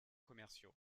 commerciaux